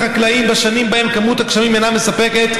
החקלאים בשנים שבהן כמות הגשמים אינה מספקת,